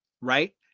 Right